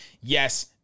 yes